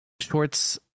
shorts